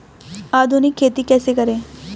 आधुनिक खेती कैसे करें?